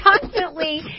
constantly